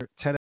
Ted